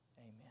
amen